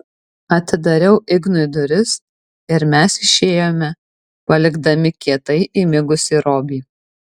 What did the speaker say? atidariau ignui duris ir mes išėjome palikdami kietai įmigusį robį